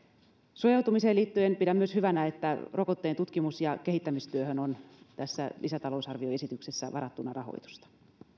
suojautumiseen liittyen pidän myös hyvänä että rokotteen tutkimus ja kehittämistyöhön on tässä lisätalousarvioesityksessä varattuna rahoitusta